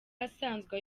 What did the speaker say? asanzwe